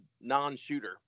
non-shooter